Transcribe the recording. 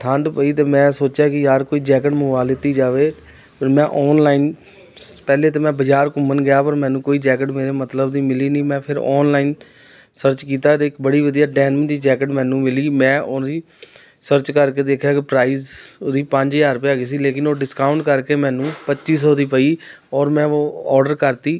ਠੰਡ ਪਈ ਅਤੇ ਮੈਂ ਸੋਚਿਆ ਕਿ ਯਾਰ ਕੋਈ ਜੈਕਟ ਮੰਗਵਾ ਲਿਤੀ ਜਾਵੇ ਫਿਰ ਮੈਂ ਔਨਲਾਈਨ ਸ ਪਹਿਲੇ ਤਾਂ ਮੈਂ ਬਜ਼ਾਰ ਘੁੰਮਣ ਗਿਆ ਪਰ ਮੈਨੂੰ ਕੋਈ ਜੈਕਟ ਮੇਰੇ ਮਤਲਬ ਦੀ ਮਿਲੀ ਨਹੀਂ ਮੈਂ ਫਿਰ ਔਨਲਾਈਨ ਸਰਚ ਕੀਤਾ ਅਤੇ ਇੱਕ ਬੜੀ ਵਧੀਆ ਡੈਨਮ ਦੀ ਜੈਕਟ ਮੈਨੂੰ ਮਿਲੀ ਮੈਂ ਉਹਦੀ ਸਰਚ ਕਰਕੇ ਦੇਖਿਆ ਕਿ ਪ੍ਰਾਈਜ਼ ਉਹਦੀ ਪੰਜ ਹਜ਼ਾਰ ਰੁਪਿਆ ਹੈਗੀ ਸੀ ਲੇਕਿਨ ਉਹ ਡਿਸਕਾਉਂਟ ਕਰਕੇ ਮੈਨੂੰ ਪੱਚੀ ਸੌ ਦੀ ਪਈ ਔਰ ਮੈਂ ਵੋ ਔਡਰ ਕਰ ਤੀ